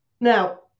Now